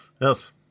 yes